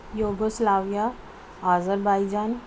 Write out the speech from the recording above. yugoslavia Azerbaijan